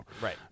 Right